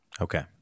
Okay